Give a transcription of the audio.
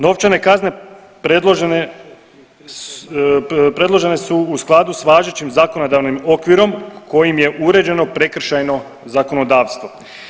Novčane kazne predložene su u skladu sa važećim zakonodavnim okvirom kojim je uređeno prekršajno zakonodavstvo.